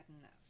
enough